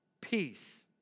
peace